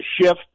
shift